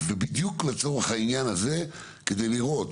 ובדיוק לצורך העניין הזה כדי לראות